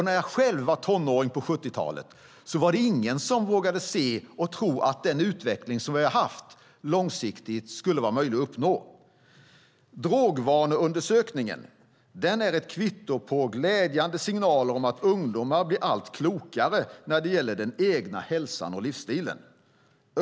När jag själv var tonåring på 70-talet var det ingen som vågade se och tro att den utveckling som vi har haft skulle vara möjlig att uppnå långsiktigt. Drogvaneundersökningen är ett kvitto på glädjande signaler om att ungdomar blir allt klokare när det gäller den egna hälsan och livsstilen.